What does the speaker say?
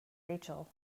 rachel